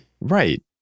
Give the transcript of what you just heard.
Right